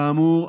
כאמור,